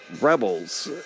rebels